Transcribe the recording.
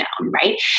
right